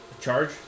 Charge